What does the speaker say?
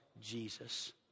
Jesus